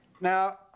Now